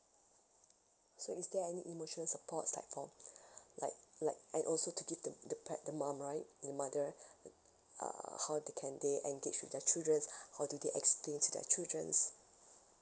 so is there any emotional supports like for like like and also to give the the par~ the mum right the mother uh err how they can they engage with their children how do they explain to their children